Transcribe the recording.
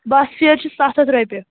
بَس فِیر چھِ سَتھ ہَتھ رۅپیہِ